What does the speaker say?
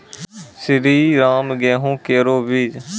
श्रीराम गेहूँ केरो बीज?